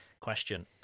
question